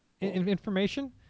information